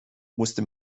musste